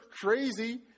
crazy